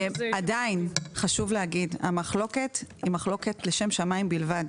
עדיין חשוב להגיד שהמחלוקת היא לשם שמיים בלבד.